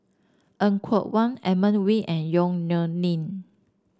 Er Kwong Wah Edmund Wee and Yong Nyuk Lin